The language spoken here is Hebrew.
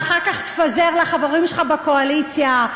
ואחר כך תפזר לחברים שלך בקואליציה,